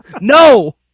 No